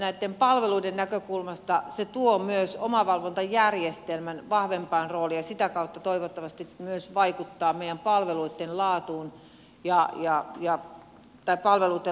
näitten palveluiden näkökulmasta se tuo myös omavalvontajärjestelmän vahvempaan rooliin ja sitä kautta toivottavasti myös vaikuttaa meidän palveluitten laatuun ja liar liar tai palveluiden